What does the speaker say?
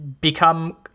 become